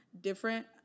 different